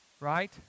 right